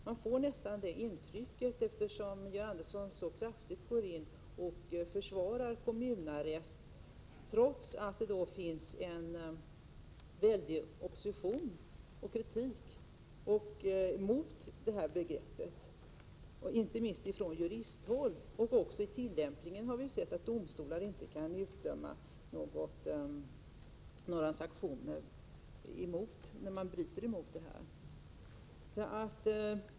Man får det intrycket när Georg Andersson så kraftfullt försvarar kommunarresten, trots att det finns en stark opinion mot och kritik av det begreppet, inte minst från juristhåll. Också tillämpningen är otillfredsställande; vi har ju sett att domstolar inte kan utdöma några sanktioner för den som bryter mot föreskrifterna om kommunarrest.